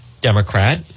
Democrat